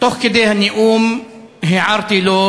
תוך כדי הנאום הערתי לו,